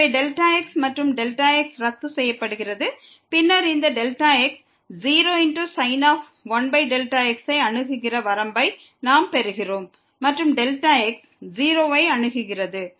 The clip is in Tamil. எனவே Δx மற்றும் Δx ரத்து செய்யப்படுகிறது பின்னர் இந்த x 0 sin 1x ஐ அணுகுகிற வரம்பை நாம் பெறுகிறோம் மற்றும் Δx 0 ஐ அணுகுகிறது